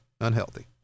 unhealthy